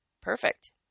Perfect